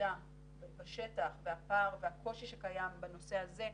המידע בשטח והפער וקושי שקיים בנושא זה,